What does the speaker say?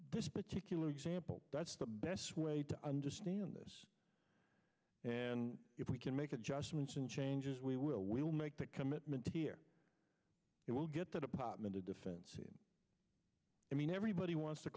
this particular example that's the best way to understand this and if we can make adjustments and changes we will we will make the commitment here it will get the department of defense i mean everybody wants to